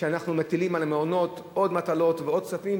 שאנחנו מטילים על המעונות עוד מטלות ועוד כספים,